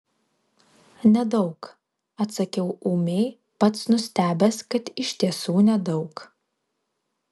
nedaug atsakiau ūmiai pats nustebęs kad iš tiesų nedaug